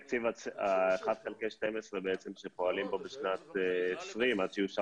בתקציב ה-1/12 שפועלים בו בשנת 20' עד שיאושר